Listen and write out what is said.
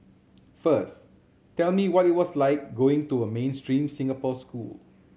first tell me what it was like going to a mainstream Singapore school